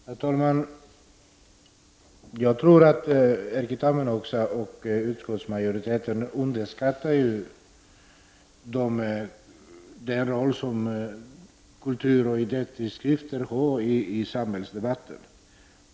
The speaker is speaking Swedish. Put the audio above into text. Herr talman! Jag tror att Erkki Tammenoksa och utskottsmajoriteten underskattar den roll som kulturoch idétidskrifter spelar i samhällsdebatten.